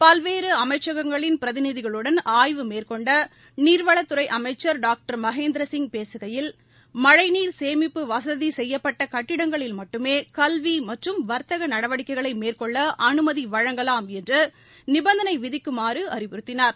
பல்வேறுஅமைச்சகங்களின் பிரதிநிதிகளுடன் ஆய்வு மேற்கொண்டநீா்வளத்துறைஅமைச்சா் டாக்டர் மழைநீர் சேமிப்பு வசதிசெய்யப்பட்டகட்டிடங்களில் மட்டுமேகல்விமற்றும் வர்த்தகநடவடிக்கைகளைமேற்கொள்ளஅனுமதிவழங்கலாம் என்றுநிபந்தனைவிதிக்குமாறுஅறிவுறுத்தினார்